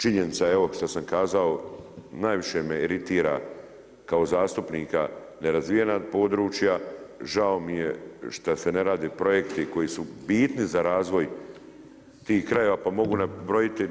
Činjenica je ovo što sam kazao, najviše me iritira kao zastupnika nerazvijena područja, žao mi je šta se ne radi projekti koji su bitni za razvoj tih krajeva pa mogu nabrojiti.